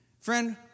Friend